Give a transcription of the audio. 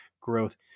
growth